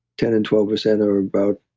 ten and twelve percent are about